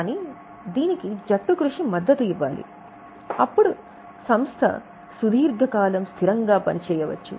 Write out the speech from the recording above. కానీ దీనికి జట్టుకృషి మద్దతు ఇవ్వాలి అప్పుడు సంస్థ సుదీర్ఘకాలం స్థిరంగా పని చేయవచ్చు